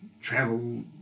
Travel